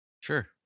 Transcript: sure